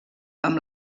amb